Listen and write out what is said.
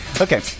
Okay